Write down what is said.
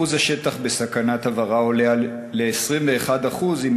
אחוז השטח בסכנת הוברה עולה ל-21% אם